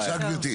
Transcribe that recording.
כן, בבקשה גברתי.